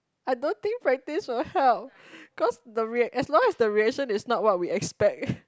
I don't think practice will help cause the react as long as the reaction is not what we expect